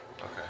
Okay